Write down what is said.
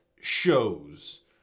shows